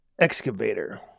excavator